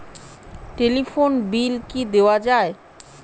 Telephone bill কি দেওয়া যায়?